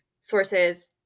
sources